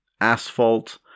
asphalt